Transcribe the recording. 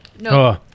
No